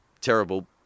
terrible